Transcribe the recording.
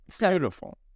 Beautiful